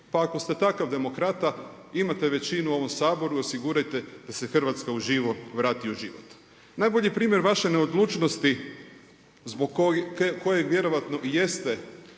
Pa ako ste takav demokrata, imate većinu u ovom Saboru, osigurajte da se „Hrvatska uživo“ vrati u život. Najbolji primjer vaše neodlučnosti zbog kojeg vjerojatno i jeste